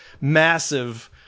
massive